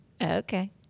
Okay